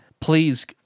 Please